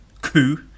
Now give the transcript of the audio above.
Coup